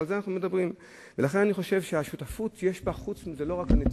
אבל אני חושב שזה שהממשלה לא שותפה לכך זה מסר ערכי.